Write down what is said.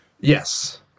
Yes